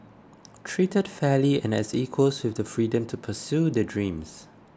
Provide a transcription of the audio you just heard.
treated fairly and as equals with the freedom to pursue their dreams